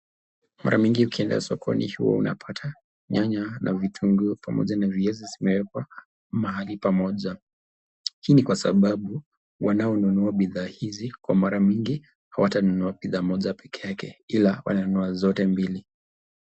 Mara mingi ukienda sokoni huwa unapata nyanya na vitunguu pamoja na viazi zimewekwa mahali pamoja. Hii ni kwa sababu wanaonunua bidhaa hizi kwa mara mingi hawatanunua bidhaa moja pekee yake ila wananunua zote mbili.